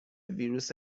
ویروس